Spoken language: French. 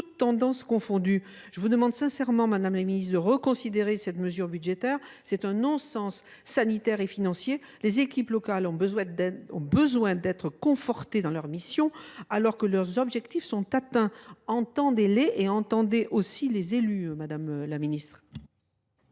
Je demande sincèrement au Gouvernement de reconsidérer cette mesure budgétaire, qui est un non sens sanitaire et financier. Les équipes locales ont besoin d’être confortées dans leur mission, alors que leurs objectifs sont atteints. Entendez les ! Entendez les élus ! La parole